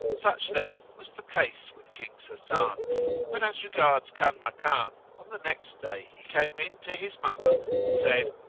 such, then, was the case with king sasan but as regards kanmakan, on the next day he came in to his mother and said,